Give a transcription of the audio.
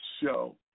show